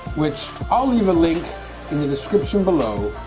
which i'll leave a link in the description below.